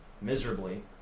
miserably